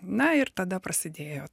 na ir tada prasidėjo